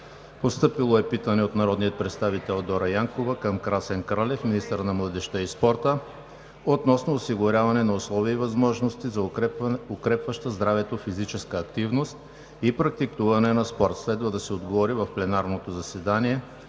Постъпило е питане от: - народния представител Дора Янкова към Красен Кралев – министър на младежта и спорта, относно осигуряване на условия и възможности за укрепваща здравето физическа активност и практикуване на спорт. Следва да се отговори в пленарното заседание